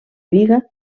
biga